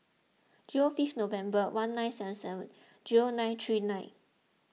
zero fifth November one nine seven seven zero nine three nine